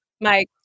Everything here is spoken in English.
Mike